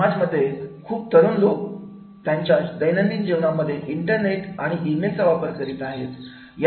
समाजामध्ये खूप तरुण लोक त्यांच्या दैनंदिन जीवनामध्ये इंटरनेट आणि ई मेलचा वापर करीत आहेत